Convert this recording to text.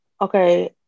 Okay